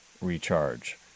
recharge